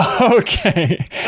okay